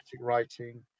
writing